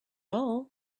all